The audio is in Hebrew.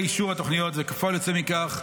אישור התוכניות וכפועל יוצא מכך,